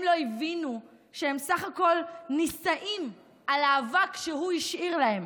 הם לא הבינו שהם בסך הכול נישאים על האבק שהוא השאיר להם,